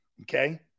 Okay